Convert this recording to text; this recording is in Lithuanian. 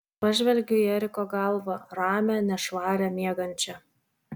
pažvelgiu į eriko galvą ramią nešvarią miegančią